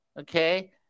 Okay